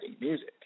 music